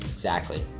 exactly.